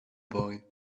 boy